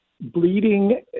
bleeding